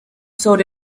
sobre